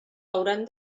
hauran